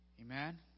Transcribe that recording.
Amen